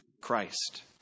Christ